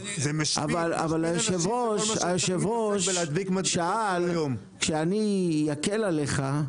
אבל היושב-ראש שאל: כשאני אקל עליך,